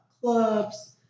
clubs